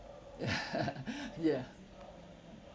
ya ya